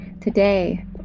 Today